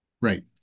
Right